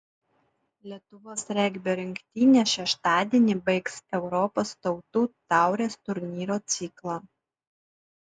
lietuvos regbio rinktinė šeštadienį baigs europos tautų taurės turnyro ciklą